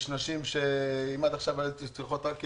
יש נשים שאם עד עכשיו היו צריכות רק שבועיים,